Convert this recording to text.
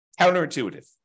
Counterintuitive